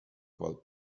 call